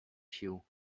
sił